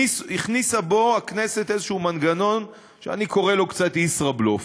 הכניסה בו הכנסת איזשהו מנגנון שאני קורא לו קצת ישראבלוף.